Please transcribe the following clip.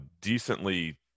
decently